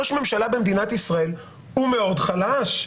ראש ממשלה במדינת ישראל הוא מאוד חלש.